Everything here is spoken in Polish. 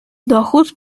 dochód